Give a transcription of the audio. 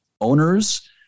owners